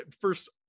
first-